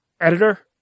editor